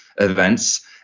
events